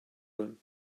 him